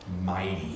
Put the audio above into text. mighty